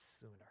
sooner